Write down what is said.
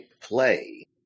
play